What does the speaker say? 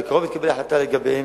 בקרוב תתקבל החלטה לגביהן,